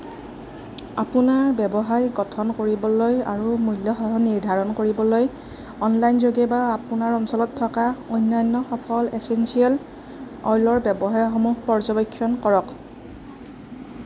আপোনাৰ ব্যৱসায় গঠন কৰিবলৈ আৰু মূল্যসমূহ নিৰ্ধাৰণ কৰিবলৈ অনলাইন যোগে বা আপোনাৰ অঞ্চলত থকা অন্যান্য সফল এছেঞ্চিয়েল অইলৰ ব্যৱসায়সমূহ পৰ্যবেক্ষণ কৰক